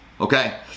okay